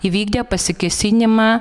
įvykdė pasikėsinimą